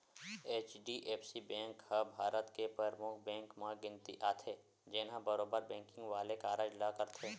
HDFC bank ह भारत के परमुख बेंक मन म गिनती आथे, जेनहा बरोबर बेंकिग वाले कारज ल करथे